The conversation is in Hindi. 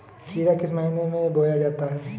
खीरा किस महीने में बोया जाता है?